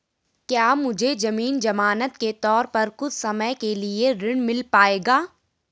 क्या मुझे ज़मीन ज़मानत के तौर पर कुछ समय के लिए ऋण मिल पाएगा?